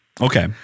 Okay